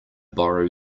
borrow